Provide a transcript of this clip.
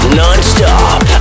non-stop